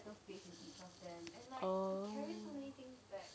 oh